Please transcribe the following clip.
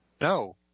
No